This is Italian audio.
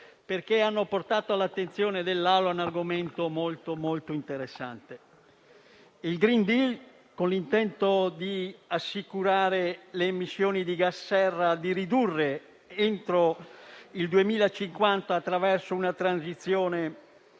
perché hanno portato all'attenzione dell'Aula un argomento molto interessante. Il *green deal*, con l'intento di ridurre le emissioni di gas serra entro il 2050, attraverso una transizione